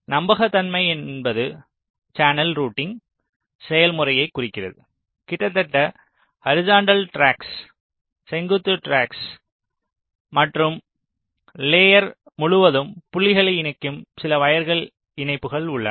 நம்பகத்தன்மை என்பது channel routing செயல்முறையை குறிக்கிறது கிடைமட்ட ட்ராக்ஸ் செங்குத்து ட்ராக்ஸ் மற்றும் லேயர் முழுவதும் புள்ளிகளை இணைக்கும் சில வயர்கள் இணைப்புகள் உள்ளன